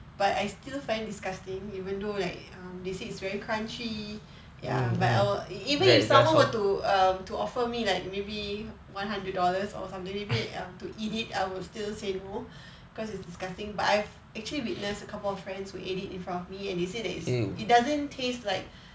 but I still find disgusting even though like um they say it's very crunchy ya ya but I'll even if someone were to um to offer me like maybe one hundred dollars or something to eat it I would still say no cause it's disgusting but I've actually witness a couple of friends who ate it in front of me and they said that it's it doesn't taste like